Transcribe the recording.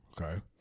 okay